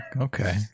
Okay